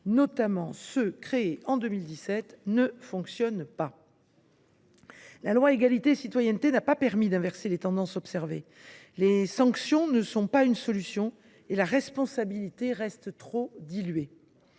ont été créés en 2017, ne fonctionnent pas. La loi relative à l’égalité et à la citoyenneté n’a pas permis d’inverser les tendances observées. Les sanctions ne sont pas une solution et la responsabilité reste trop diluée.